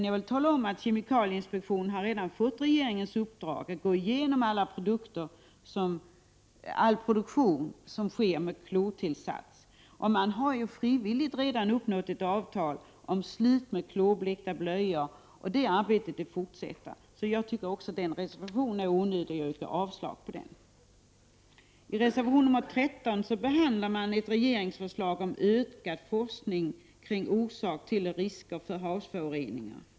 Jag kan tala om att kemikalieinspektionen redan har fått regeringens uppdrag att gå igenom all produktion som sker med klortillsats. Man har på frivillighetens väg uppnått ett avtal om att produktionen av klorblekta blöjor skall upphöra, och arbetet på området går vidare. Jag tycker att även reservation 12 är onödig, och jag yrkar avslag på den. I reservation 13 behandlas ett regeringsförslag om ökad forskning kring orsaker till och risker för havsföroreningar.